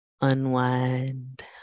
Unwind